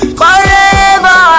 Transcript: forever